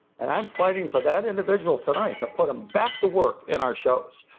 and i am fighting for that individual tonight to put him back to work in our shows.